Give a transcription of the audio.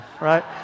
right